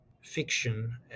fiction